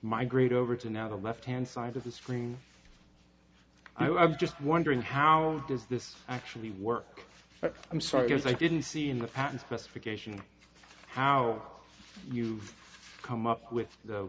migrate over to now the left hand side of the screen i was just wondering how does this actually work but i'm sorry i didn't see in the patent specifications how you've come up with the